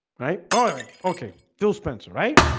right, alright. okay till spencer, right?